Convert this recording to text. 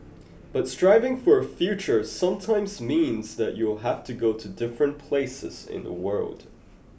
but striving for a future sometimes means that you will have to go to different places in the world